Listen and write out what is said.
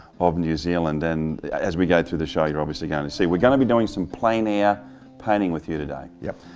of new zealand, and as we go through the show you're obviously going to and see. we're going to be doing some plein air painting with you today? yep.